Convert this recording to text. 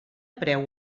preu